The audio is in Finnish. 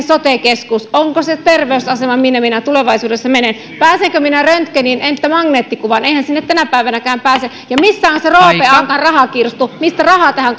sote keskus onko se terveysasema minne minä tulevaisuudessa menen pääsenkö minä röntgeniin entä magneettikuvaan eihän sinne tänä päivänäkään pääse ja missä on se roope ankan rahakirstu mistä raha tähän